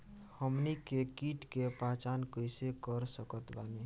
हमनी के कीट के पहचान कइसे कर सकत बानी?